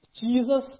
Jesus